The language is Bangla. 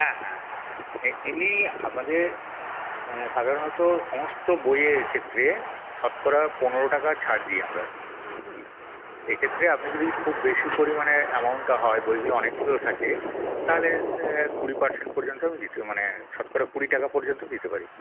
হ্যাঁ হ্যাঁ হ্যাঁ এমনি আপনাদের সাধারণত সমস্ত বইয়ের ক্ষেত্রে শতকরা পনেরো টাকা ছাড় দিই আমরা এক্ষেত্রে আপনি যদি খুব বেশি পরিমাণে অ্যামাউন্টটা হয় বইগুলো অনেকগুলো থাকে তাহলে কুড়ি পারসেন্ট পর্যন্ত আমি দিতে মানে শতকরা কুড়ি টাকা পর্যন্ত দিতে পারি